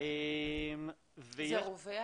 זה רווח?